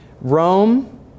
Rome